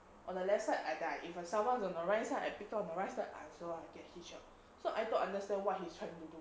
on the left side I die if I someone is on the right side I picked up on my right side I also I get head shot so I don't understand what he's trying to do